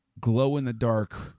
glow-in-the-dark